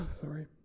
Sorry